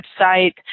website